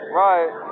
right